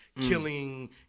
killing